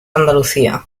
andalucía